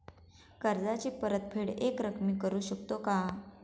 कर्जाची परतफेड एकरकमी करू शकतो का?